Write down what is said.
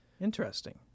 Interesting